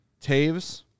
Taves